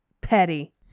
petty